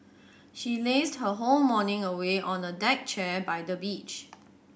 she lazed her whole morning away on a deck chair by the beach